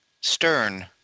Stern